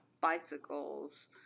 bicycles